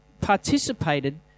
participated